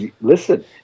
listen